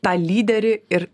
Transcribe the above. tą lyderį ir